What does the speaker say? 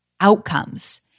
outcomes